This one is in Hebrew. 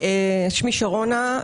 שמי שרונה,